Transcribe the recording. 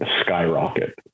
skyrocket